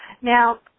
Now